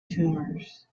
tumors